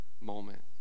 moment